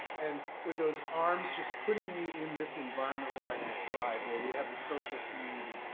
and with those arms just putting me in this environment where i can thrive, where we have the social community,